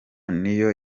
niyo